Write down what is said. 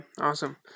awesome